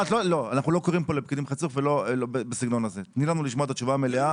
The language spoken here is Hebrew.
לנו לשמוע את התשובה המלאה.